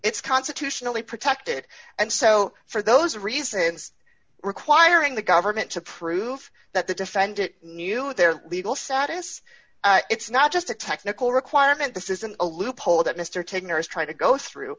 it's constitutionally protected and so for those reasons requiring the government to prove that the defendant knew of their legal status it's not just a technical requirement this isn't a loophole that mr tener is trying to go through